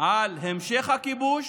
על המשך הכיבוש